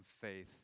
faith